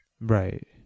Right